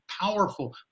powerful